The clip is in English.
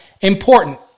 Important